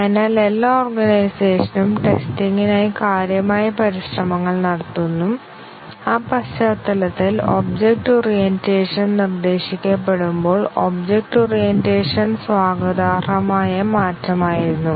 അതിനാൽ എല്ലാ ഓർഗനൈസേഷനും ടെസ്റ്റിങ്നായി കാര്യമായ പരിശ്രമങ്ങൾ നടത്തുന്നു ആ പശ്ചാത്തലത്തിൽ ഒബ്ജക്റ്റ് ഓറിയന്റേഷൻ നിർദ്ദേശിക്കപ്പെടുമ്പോൾ ഒബ്ജക്റ്റ് ഓറിയന്റേഷൻ സ്വാഗതാർഹമായ മാറ്റമായിരുന്നു